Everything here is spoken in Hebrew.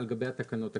על גבי התקנות הקיימות.